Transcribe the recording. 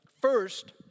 first